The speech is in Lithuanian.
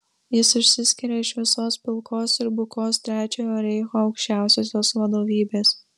jis išsiskiria iš visos pilkos ir bukos trečiojo reicho aukščiausiosios vadovybės